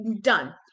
done